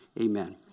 Amen